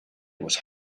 was